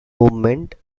movement